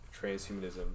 transhumanism